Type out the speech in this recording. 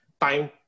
time